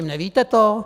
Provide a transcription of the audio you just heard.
Nevíte to?